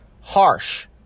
harsh